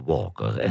Walker